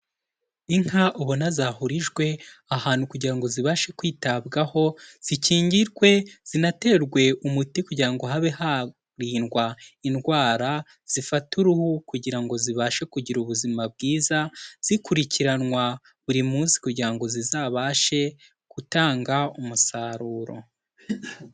Inka ubona zahurijwe ahantu kugira ngo zibashe kwitabwaho zikingirwe, zinaterwe umuti kugira ngo habe harindwa indwara zifata uruhu kugira ngo zibashe kugira ubuzima bwiza, zikurikiranwa buri munsi kugira ngo zizabashe gutanga umusaruro.